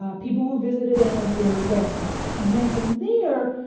ah people who visited any of your websites. and then from there,